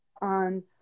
on